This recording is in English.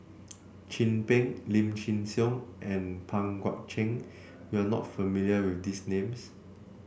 Chin Peng Lim Chin Siong and Pang Guek Cheng you are not familiar with these names